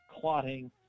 clotting